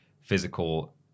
physical